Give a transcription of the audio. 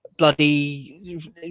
bloody